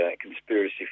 conspiracy